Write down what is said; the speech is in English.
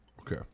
Okay